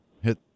hit